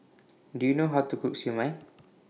Do YOU know How to Cook Siew Mai